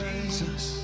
Jesus